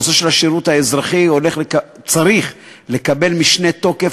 הנושא של השירות האזרחי צריך לקבל משנה תוקף,